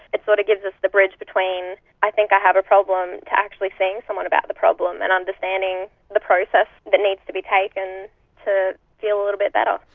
it sort of gives us the bridge between i think i have a problem to actually seeing someone about the problem and understanding the process that needs to be taken to feel a little bit better.